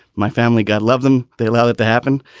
my family, god love them. they allow it to happen.